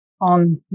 on